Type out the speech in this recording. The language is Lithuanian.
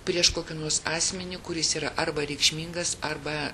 prieš kokį nors asmenį kuris yra arba reikšmingas arba